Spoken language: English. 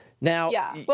Now